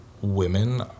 women